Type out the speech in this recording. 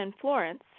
Florence